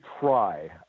try